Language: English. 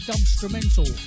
instrumental